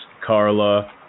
Carla